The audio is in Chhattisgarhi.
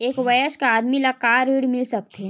एक वयस्क आदमी ल का ऋण मिल सकथे?